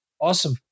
Awesome